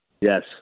Yes